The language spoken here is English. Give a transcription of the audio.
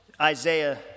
Isaiah